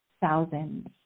thousands